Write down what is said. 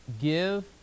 give